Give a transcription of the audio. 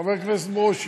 חבר הכנסת ברושי,